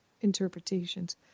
interpretations